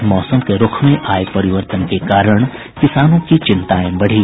और मौसम के रूख में आये परिवर्तन के कारण किसानों की चिंताएं बढ़ी